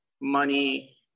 money